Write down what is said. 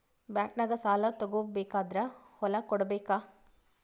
ಬ್ಯಾಂಕ್ನಾಗ ಸಾಲ ತಗೋ ಬೇಕಾದ್ರ್ ಹೊಲ ಕೊಡಬೇಕಾ?